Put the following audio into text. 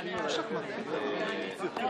וכדי שתהיה כאן ממשלה חדשה צריך גוש מרכז-שמאל חזק.